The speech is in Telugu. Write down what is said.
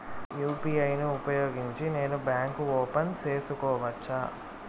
యు.పి.ఐ ను ఉపయోగించి నేను బ్యాంకు ఓపెన్ సేసుకోవచ్చా?